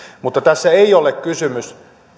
mutta tässä ei ole kysymys